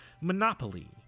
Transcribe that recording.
Monopoly